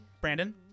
Brandon